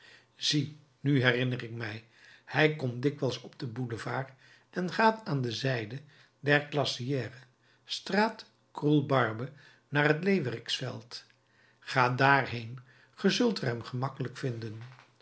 zie nu herinner ik mij hij komt dikwijls op den boulevard en gaat aan de zijde der glacière straat croule barbe naar het leeuweriksveld ga daar heen gij zult er hem gemakkelijk vinden